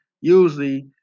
usually